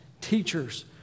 teachers